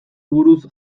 buruz